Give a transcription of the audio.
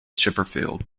chipperfield